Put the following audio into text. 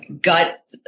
gut